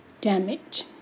damage